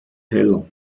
heller